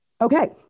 Okay